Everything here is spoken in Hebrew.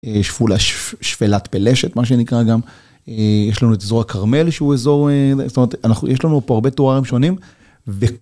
שפולה שפלת פלשת מה שנקרא גם, יש לנו את אזור הקרמל שהוא אזור, יש לנו פה הרבה תוררים שונים.